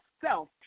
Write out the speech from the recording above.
self